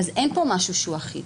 אין פה משהו אחיד.